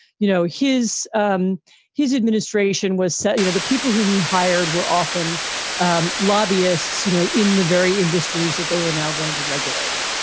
you know, his um his administration was set. you know, the people who he hired were often and lobbyists, you know, in the very industries that they were now going to regulate.